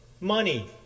money